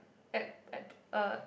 app app uh